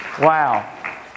Wow